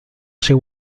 chez